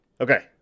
Okay